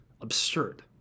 absurd